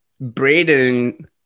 Braden